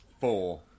Four